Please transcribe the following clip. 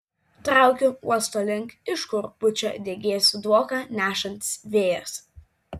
traukiu uosto link iš kur pučia degėsių dvoką nešantis vėjas